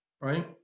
right